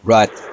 Right